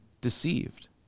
deceived